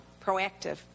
proactive